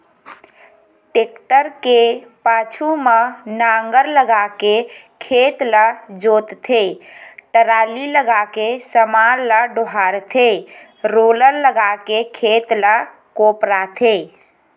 tractor के पाछू म नांगर लगाके खेत ल जोतथे, टराली लगाके समान ल डोहारथे रोलर लगाके खेत ल कोपराथे